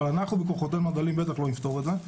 אבל אנחנו בכוחותינו הדלים בטח לא נפתור את זה.